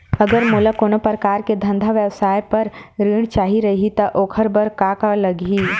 अगर मोला कोनो प्रकार के धंधा व्यवसाय पर ऋण चाही रहि त ओखर बर का का लगही?